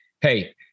hey